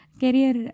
career